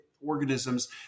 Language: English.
organisms